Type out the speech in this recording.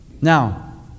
Now